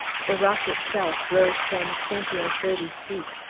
the rock itself rose some twenty or thirty feet,